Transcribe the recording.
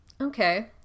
okay